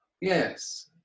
yes